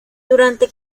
durante